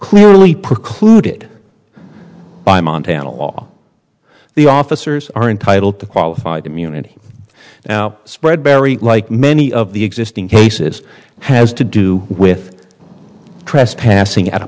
clearly precluded by montana law the officers are entitled to qualified immunity now spread berry like many of the existing cases has to do with trespassing at a